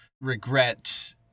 regret